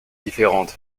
différente